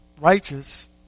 righteous